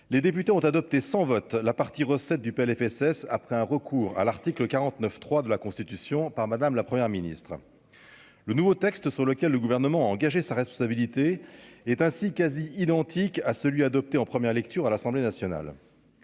les députés ont adopté sans vote la partie recettes du PLFSS après un recours à l'article 49 3 de la Constitution par madame la première ministre le nouveau texte, sur lequel le gouvernement a engagé sa responsabilité est ainsi quasi identique à celui adopté en première lecture à l'Assemblée Nationale